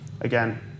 Again